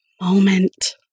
moment